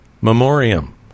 memoriam